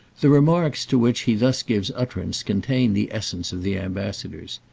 the remarks to which he thus gives utterance contain the essence of the ambassadors,